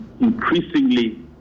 increasingly